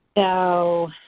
so,